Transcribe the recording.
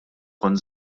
kont